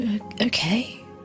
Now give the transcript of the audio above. Okay